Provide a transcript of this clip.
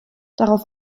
darauf